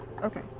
Okay